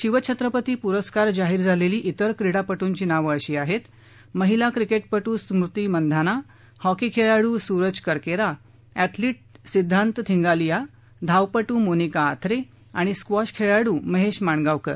शिव छत्रपती पुरस्कार जाहीर झालेली तिर क्रीडा पटूची नावे अशी महिला क्रिकेटपटू स्मृती मंनधाना हॉकी खेळाडू सुरज करकेरा अँथेलिट सिद्धांत थिंगालिया धावपटू मोनिका आथरे आणि स्क्वॉश खेळाडू महेश माणगावकर